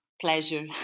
pleasure